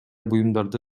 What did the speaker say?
буюмдарды